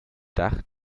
dach